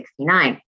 1969